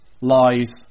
lies